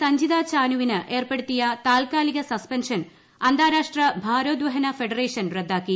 സഞ്ജിത ചാനുവിന് ഏർപ്പെടുത്തിയ താൽക്കാലിക സസ്പെൻഷൻ അന്താരാഷ്ട്ര ഭാരോദ്വഹന ഫെഡറേഷൻ റദ്ദാക്കി